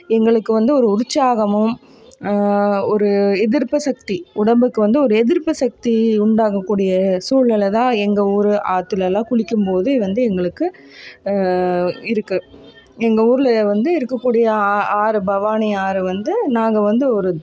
எங்களுக்கு வந்து ஒரு உற்சாகமும் ஒரு எதிர்ப்பு சக்தி உடம்புக்கு வந்து ஒரு எதிர்ப்புசக்தி உண்டாகக்கூடிய சூழ்நிலை தான் எங்கள் ஊர் ஆற்றுலலான் குளிக்கும் போது வந்து எங்களுக்கு இருக்குது எங்கள் ஊரில் வந்து இருக்கக்கூடிய ஆறு பவானி ஆறு வந்து நாங்கள் வந்து ஒரு